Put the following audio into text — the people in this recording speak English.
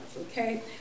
Okay